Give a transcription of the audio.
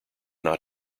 not